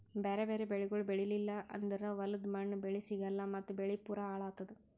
ಬ್ಯಾರೆ ಬ್ಯಾರೆ ಬೆಳಿಗೊಳ್ ಬೆಳೀಲಿಲ್ಲ ಅಂದುರ್ ಹೊಲದ ಮಣ್ಣ, ಬೆಳಿ ಸಿಗಲ್ಲಾ ಮತ್ತ್ ಬೆಳಿ ಪೂರಾ ಹಾಳ್ ಆತ್ತುದ್